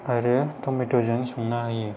आरो टमेटजों संना होयो